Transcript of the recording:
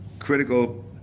critical